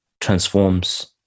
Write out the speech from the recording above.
transforms